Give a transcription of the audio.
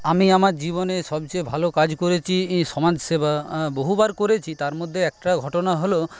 আমি আমার জীবনে সবচেয়ে ভালো কাজ করেছি এই সমাজসেবা বহুবার করেছি তার মধ্যে একটা ঘটনা হল